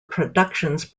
productions